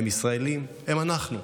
הם ישראלים, הם אנחנו.